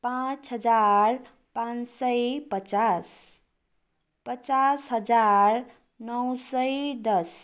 पाँच हजार पाँच सय पचास पचास हजार नौ सय दस